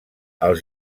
els